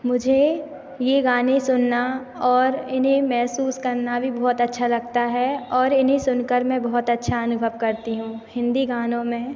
मुझे ये गाने सुनना और इन्हें महसूस करना भी बहुत अच्छा लगता है और इन्हें सुनकर मैं बहुत अच्छा अनुभव करती हूँ हिंदी गानों में